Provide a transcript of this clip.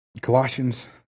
Colossians